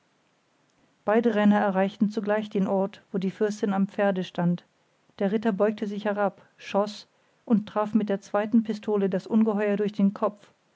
beide renner erreichten zugleich den ort wo die fürstin am pferde stand der ritter beugte sich herab schoß und traf mit der zweiten pistole das ungeheuer durch den kopf